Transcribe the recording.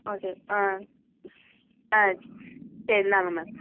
ஆ சரி ஆ ஆ சரி இந்தாங்க மேம்